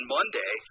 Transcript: Monday